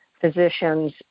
physicians